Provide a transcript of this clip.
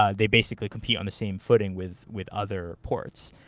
ah they basically compete on the same footing with with other ports,